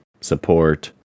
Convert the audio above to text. support